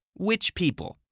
which people?